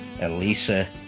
Elisa